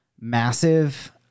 massive